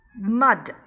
Mud